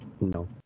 No